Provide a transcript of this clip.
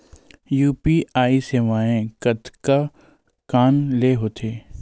UPI सेवाएं कतका कान ले हो थे?